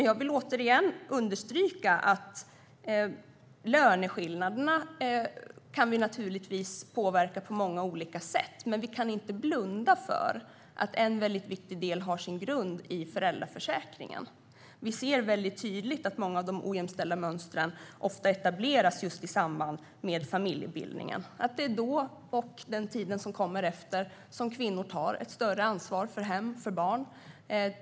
Jag vill återigen understryka att vi naturligtvis kan påverka löneskillnaderna på många olika sätt, men vi kan inte blunda för att en viktig del har sin grund i föräldraförsäkringen. Det syns tydligt att många av de ojämställda mönstren ofta etableras just i samband med familjebildningen. Det är då och tiden efter som kvinnor tar ett större ansvar för hem och barn.